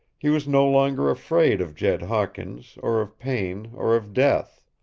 he was no longer afraid of jed hawkins, or of pain, or of death.